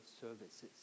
services